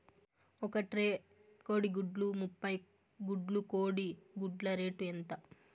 ఒక ట్రే కోడిగుడ్లు ముప్పై గుడ్లు కోడి గుడ్ల రేటు ఎంత?